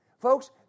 Folks